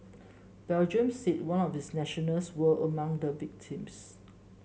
Belgium said one of its nationals were among the victims